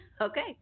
Okay